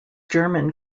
german